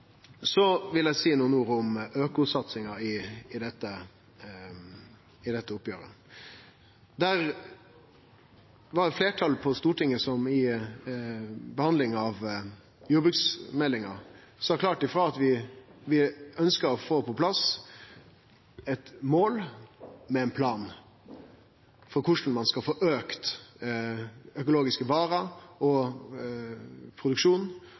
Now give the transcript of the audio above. Så vil eg seie nokre ord om økosatsinga i dette oppgjeret. Fleirtalet på Stortinget sa ved behandlinga av jordbruksmeldinga klart frå at vi ønskjer å få på plass eit mål med ein plan for korleis ein skal få auka produksjon og konsum av økologiske varer